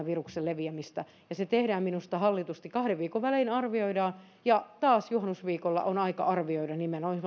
viruksen leviäminen ja se tehdään minusta hallitusti kahden viikon välein arvioidaan ja taas juhannusviikolla on aika arvioida nimenomaan